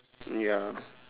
mm ya lah